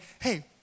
hey